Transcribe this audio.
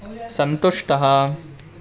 सन्तुष्टः